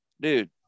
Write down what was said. dude